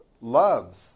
loves